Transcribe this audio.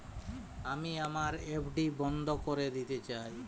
আমি আমার এফ.ডি বন্ধ করে দিতে চাই